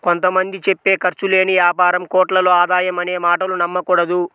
కొంత మంది చెప్పే ఖర్చు లేని యాపారం కోట్లలో ఆదాయం అనే మాటలు నమ్మకూడదు